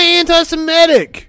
anti-semitic